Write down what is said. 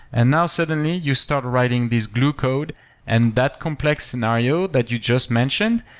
and now, suddenly, you start writing these glue code and that complex scenario that you just mentioned,